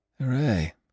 Hooray